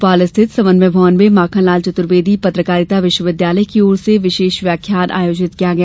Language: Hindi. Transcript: भोपाल स्थित समन्वय भवन में माखनलाल चतुर्वेदी पत्रकारिता विश्वविद्यालय की ओर से विशेष व्याख्यान आयोजित किया गया